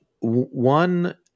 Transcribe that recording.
One